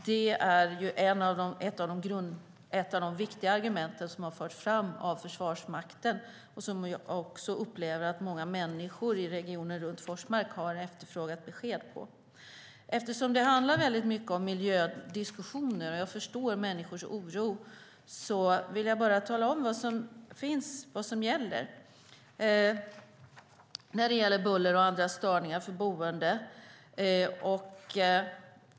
Det är ett av de viktiga argument som har förts fram av Försvarsmakten och som jag upplever att många människor i regionen runt Forsmark har efterfrågat besked om. Eftersom det handlar mycket om miljödiskussioner - jag förstår människors oro - vill jag bara tala om vad som gäller i fråga om buller och andra störningar för boende.